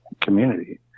community